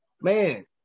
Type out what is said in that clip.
man